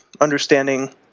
understanding